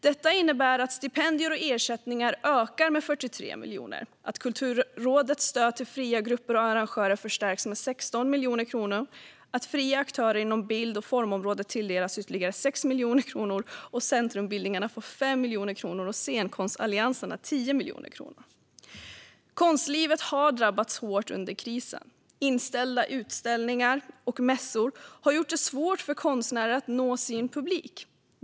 Detta innebär att stipendier och ersättningar ökar med 43 miljoner, att Kulturrådets stöd till fria grupper och arrangörer förstärks med 16 miljoner kronor, att fria aktörer inom bild och formområdet tilldelas ytterligare 6 miljoner kronor och att centrumbildningarna får 5 miljoner kronor och scenkonstallianserna 10 miljoner kronor. Konstlivet har drabbats hårt under krisen. Inställda utställningar och mässor har gjort det svårt för konstnärer att nå sin publik.